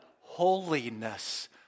holiness